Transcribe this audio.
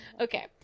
okay